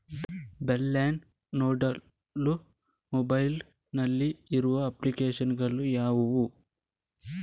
Balance ನೋಡಲು mobile ನಲ್ಲಿ ಇರುವ ಅಪ್ಲಿಕೇಶನ್ ಗಳು ಯಾವುವು?